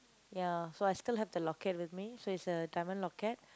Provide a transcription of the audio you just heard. ya so I still have the locket with me so it's a diamond locket